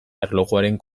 erlojuaren